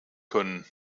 können